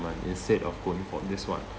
instead of going for this one